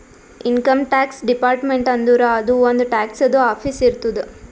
income tax department ಅಂದುರ್ ಅದೂ ಒಂದ್ ಟ್ಯಾಕ್ಸದು ಆಫೀಸ್ ಇರ್ತುದ್